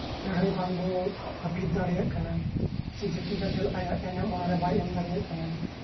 ᱞᱟᱹᱲᱦᱟᱹᱭ ᱵᱟᱝᱵᱚ ᱦᱟᱯᱤᱫ ᱫᱟᱲᱮᱭᱟᱜ ᱠᱟᱱᱟ ᱥᱮ ᱡᱟᱛᱤ ᱜᱟᱫᱮᱞ ᱟᱭᱟᱜ ᱮᱱᱮᱢ ᱚᱱᱟ ᱨᱮ ᱵᱟᱭ ᱮᱢ ᱫᱟᱲᱮᱭᱟᱜ ᱠᱟᱱᱟ